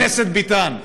חבר הכנסת ביטן,